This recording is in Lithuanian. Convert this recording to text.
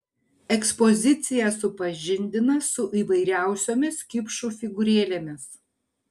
ekspozicija supažindina su įvairiausiomis kipšų figūrėlėmis